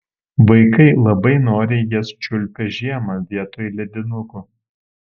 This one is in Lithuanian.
vaikai labai noriai jas čiulpia žiemą vietoj ledinukų